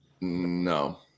no